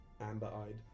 amber-eyed